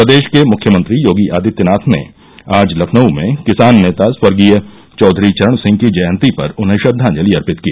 प्रदेश के मुख्यमंत्री योगी आदित्यनाथ ने आज लखनऊ में किसान नेता स्वर्गीय चौधरी चरण सिंह की जयन्ती पर उन्हें श्रद्वांजलि अर्पित की